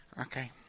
Okay